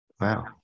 Wow